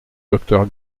docteur